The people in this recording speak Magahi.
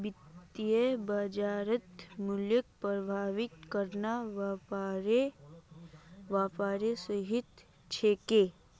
वित्तीय बाजारत मूल्यक प्रभावित करना व्यापारेर हिस्सा छिके